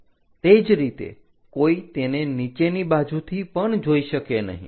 તે જ રીતે કોઈ તેને નીચેની બાજુથી પણ જોઈ શકે નહીં